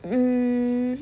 mm